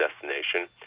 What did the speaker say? destination